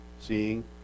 seeing